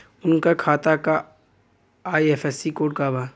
उनका खाता का आई.एफ.एस.सी कोड का बा?